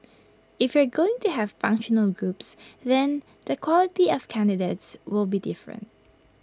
if you're going to have functional groups then the quality of candidates will be different